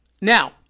Now